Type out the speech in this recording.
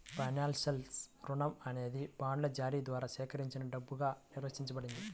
ఫైనాన్స్లో, రుణం అనేది బాండ్ల జారీ ద్వారా సేకరించిన డబ్బుగా నిర్వచించబడింది